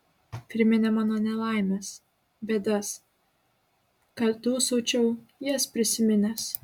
priminė mano nelaimes bėdas kad dūsaučiau jas prisiminęs